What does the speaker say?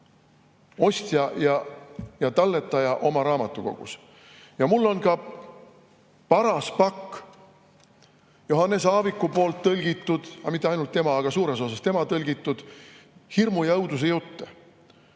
ostja ja talletaja oma raamatukogus. Mul on ka paras pakk Johannes Aaviku tõlgitud – mitte ainult tema, aga suures osas tema tõlgitud – hirmu- ja õudusjutte.